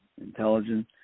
intelligence